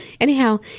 Anyhow